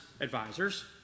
advisors